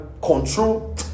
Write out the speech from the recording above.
control